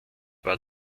war